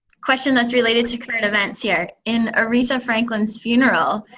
question that's related to current events here. in aretha franklin's funeral,